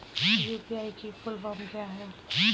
UPI की full form क्या है?